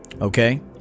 okay